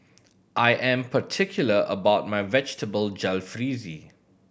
I am particular about my Vegetable Jalfrezi